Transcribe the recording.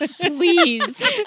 Please